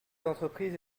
d’entreprise